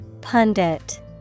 Pundit